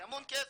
זה המון כסף.